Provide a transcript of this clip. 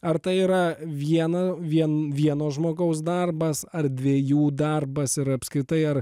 ar tai yra vieną vien vieno žmogaus darbas ar dviejų darbas ir apskritai ar